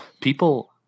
people